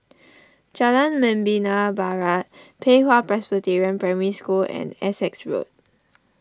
Jalan Membina Barat Pei Hwa Presbyterian Primary School and Essex Road